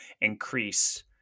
increase